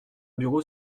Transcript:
bureau